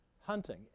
hunting